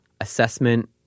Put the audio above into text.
assessment